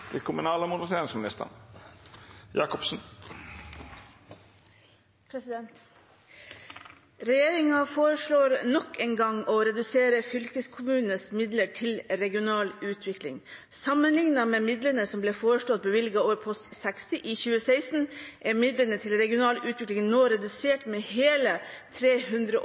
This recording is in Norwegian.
foreslår nok en gang å redusere fylkeskommunenes midler til regional utvikling. Sammenlignet med midlene som ble foreslått bevilget over post 60 i 2016, er midlene til regional utvikling nå redusert med hele 342 mill. kr og